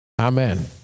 Amen